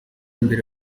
imbere